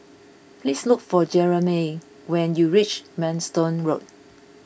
please look for Jermey when you reach Manston Road